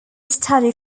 study